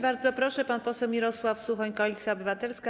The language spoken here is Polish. Bardzo proszę, pan poseł Mirosław Suchoń, Koalicja Obywatelska.